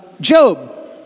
Job